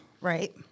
Right